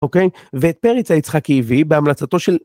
אוקיי? ואת פרץ היצחקי הביא בהמלצתו של...